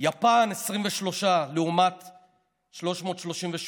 יפן, 23, לעומת 338,